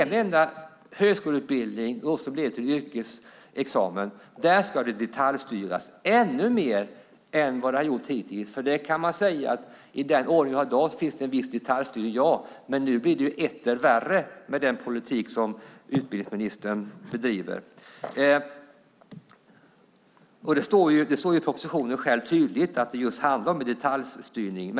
I en enda högskoleutbildning som leder till yrkesexamen ska det detaljstyras ännu mer än vad som har gjorts hittills. Man kan säga att i den ordning vi har i dag finns det en viss detaljstyrning, men nu blir det etter värre med den politik som utbildningsministern bedriver. Det står tydligt i propositionen att det handlar om just detaljstyrning.